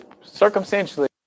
circumstantially